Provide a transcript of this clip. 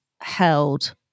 held